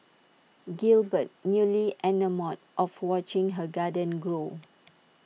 Gilbert newly enamoured of watching her garden grow